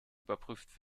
überprüft